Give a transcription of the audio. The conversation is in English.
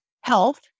health